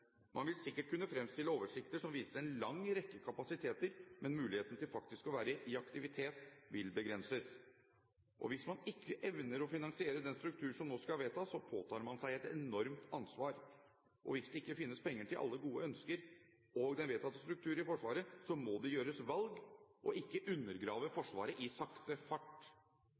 Man vil sikkert kunne fremstille oversikter som viser en lang rekke kapasiteter, men muligheten til faktisk å være i aktivitet vil begrenses. Hvis man ikke evner å finansiere den struktur som nå skal vedtas, påtar man seg et enormt ansvar. Hvis det ikke finnes penger til alle gode ønsker og den vedtatte struktur i Forsvaret, må det gjøres valg – ikke undergrave Forsvaret i sakte fart.